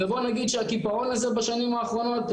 ובואי נגיד שהקיפאון הזה בשנים האחרונות,